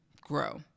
grow